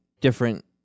different